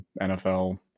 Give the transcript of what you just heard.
NFL